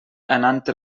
ernannte